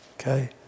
Okay